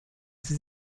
sie